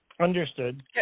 Understood